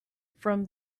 from